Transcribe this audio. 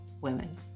women